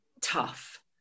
tough